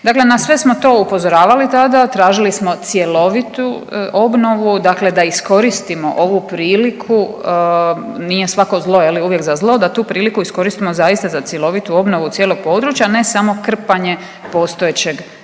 Dakle na sve smo to upozoravali tada, tražili smo cjelovitu obnovu, dakle da iskoristimo ovu priliku, nije svako zlo, je li, uvijek za zlo, da tu priliku iskoristimo zaista za cjelovitu obnovu cijelog područja, ne samo krpanje postojećeg